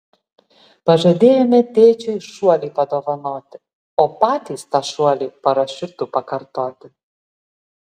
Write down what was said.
pažadėjome tėčiui šuolį padovanoti o patys tą šuolį parašiutu pakartoti